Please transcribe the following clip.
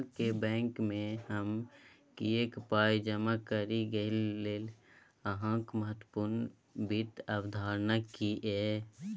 अहाँक बैंकमे हम किएक पाय जमा करी गहिंकी लेल अहाँक महत्वपूर्ण वित्त अवधारणा की यै?